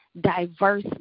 diverse